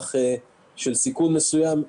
מהלך של סיכון מסוים.